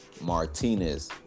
Martinez